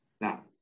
Now